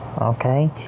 Okay